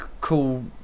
cool